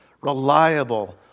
reliable